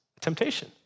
Temptation